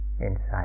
inside